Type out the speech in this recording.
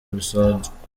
bisanzwe